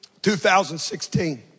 2016